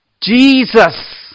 Jesus